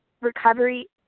recovery